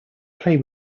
play